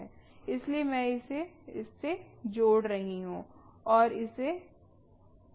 इसलिए मैं इसे इससे जोड़ रहा हूं और इसे इससे